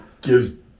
gives